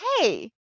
hey